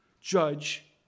judge